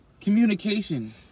Communication